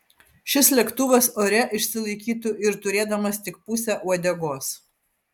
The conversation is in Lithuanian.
šis lėktuvas ore išsilaikytų ir turėdamas tik pusę uodegos